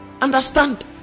understand